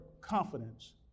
confidence